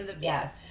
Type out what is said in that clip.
Yes